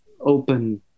open